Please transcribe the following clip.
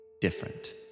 different